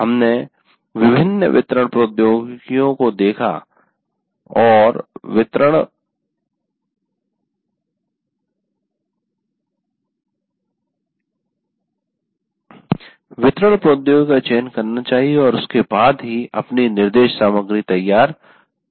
हमने विभिन्न वितरण डिलीवरी प्रोद्योगिकिओं को देखा और वितरण डिलीवरी प्रोद्योगिकिओं का चयन करना चाहिए और उसके बाद ही वे अपनी निर्देश सामग्री तैयार कर सकते हैं